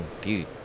dude